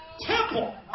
temple